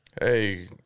Hey